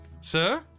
sir